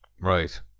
Right